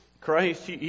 Christ